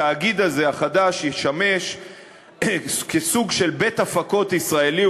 התאגיד החדש הזה ישמש סוג של בית הפקות ישראלי,